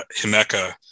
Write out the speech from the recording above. Himeka